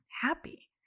happy